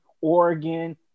Oregon